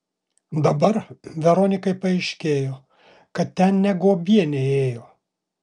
dabar veronikai paaiškėjo kad ten ne guobienė ėjo